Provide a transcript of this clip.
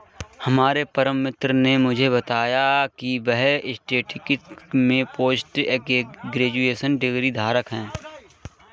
हमारे परम मित्र ने मुझे बताया की वह स्टेटिस्टिक्स में पोस्ट ग्रेजुएशन डिग्री धारक है